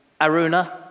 Aruna